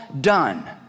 done